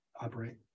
operate